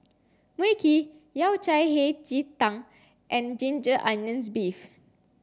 Mui Kee Yao Cai Hei Ji Tang and ginger onions beef